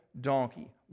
donkey